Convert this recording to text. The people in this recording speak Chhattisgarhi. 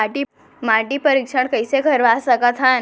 माटी परीक्षण कइसे करवा सकत हन?